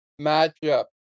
matchup